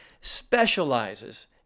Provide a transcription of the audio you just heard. specializes